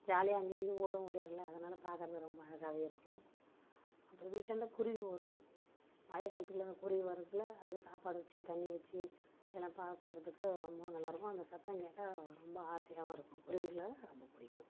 ஜாலியாக அங்கேயும் இங்கேயும் ஓடும் ஓடியாரும்ல அதனால் பார்க்குறதுக்கு ரொம்ப அழகாகவே இருக்கும் அப்புறோம் வீட்டாண்ட குருவி வரும் மழைக்காலத்தில் அந்த குருவி வரக்குள்ளே அதுக்கு சாப்பாடு வச்சி தண்ணி வச்சி எல்லாம் பார்க்குறதுக்கு ரொம்பவும் நல்லாஇருக்கும் அந்த சத்தம் கேட்டால் ரொம்ப ஆசையாகவும் இருக்கும் குருவிகளை ரொம்ப பிடிக்கும்